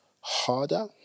harder